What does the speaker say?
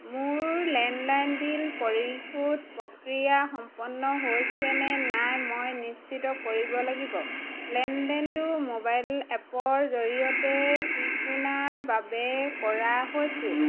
মোৰ landline bill পৰিশোধ প্ৰক্ৰিয়া সম্পন্ন হৈছেনে নাই মই নিশ্চিত কৰিব লাগিব লেনদেনটো মোবাইল এপৰ জৰিয়তে টিকোনাৰ বাবে কৰা হৈছিল